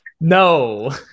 no